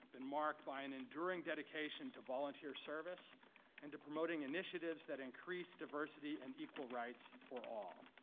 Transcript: been marked by an enduring dedication to volunteer service and to promoting initiatives that increase diversity and equal rights for all.